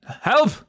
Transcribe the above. help